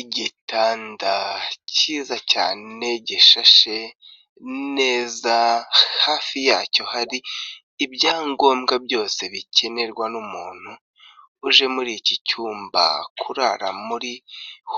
Igitanda kiza cyane gishashe neza. Hafi yacyo hari ibyangombwa byose bikenerwa n'umuntu uje muri iki cyumba kurara muri